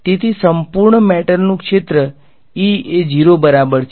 તેથી સંપૂર્ણ મેટલનું ક્ષેત્ર એ 0 બરાબર છે